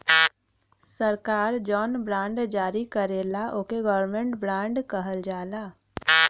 सरकार जौन बॉन्ड जारी करला ओके गवर्नमेंट बॉन्ड कहल जाला